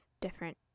different